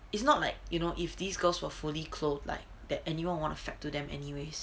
it's not like you know if these girls were fully clothed like that anyone want fap to them anyways